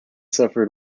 suffered